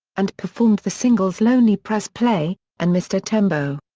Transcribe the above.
and performed the singles lonely press play, and mr tembo.